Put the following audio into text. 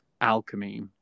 alchemy